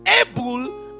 able